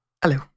Hello